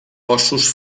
ossos